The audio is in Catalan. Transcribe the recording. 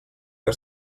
que